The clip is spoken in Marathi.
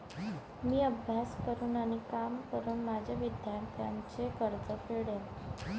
मी अभ्यास करून आणि काम करून माझे विद्यार्थ्यांचे कर्ज फेडेन